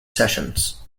sessions